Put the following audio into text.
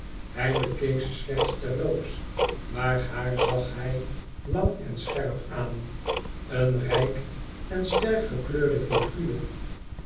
hij bekeek ze slechts terloops maar haar zag hij lang en scherp aaik eene rijk en sterk gekleurde figuur